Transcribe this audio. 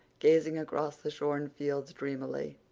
gazing across the shorn fields dreamily.